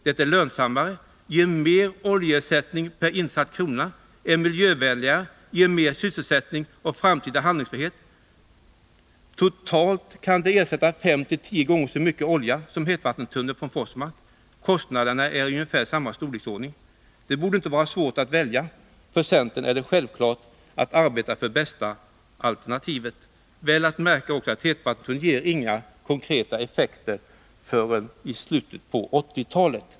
Det är lönsammare och ger mer oljeersättning per insatt krona. Det är miljövänligare och ger mer sysselsättning och framtida handlingsfrihet. Totalt kan det ersätta fem-tio gånger så mycket olja som hetvattentunneln från Forsmark. Kostnaderna är av ungefär samma storleksordning. Det borde inte vara svårt att välja. För centern är det självklart att arbeta för det bästa alternativet. Att märka är också att hetvattentunneln inte ger några konkreta effekter förrän i slutet av 1980-talet.